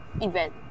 event